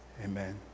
Amen